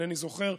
אינני זוכר,